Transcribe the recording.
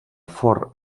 fort